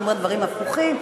הוא אומר דברים הפוכים.